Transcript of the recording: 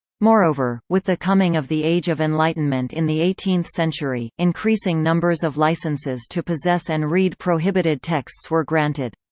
moreover, with the coming of the age of enlightenment in the eighteenth century, increasing numbers of licenses to possess and read prohibited texts were granted.